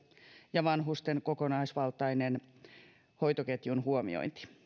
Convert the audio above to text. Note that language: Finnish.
ja kokonaisvaltainen vanhusten hoitoketjun huomiointi